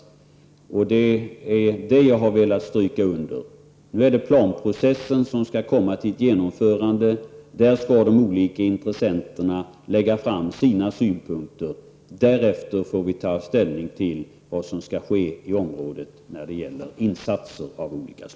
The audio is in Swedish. Det är detta som jag har velat stryka under. Nu är det planprocessen som skall genomföras. Där skall de olika intressenterna lägga fram sina synpunkter. Därefter får vi ta ställning till vilka insatser av olika slag som skall ske i området.